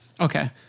Okay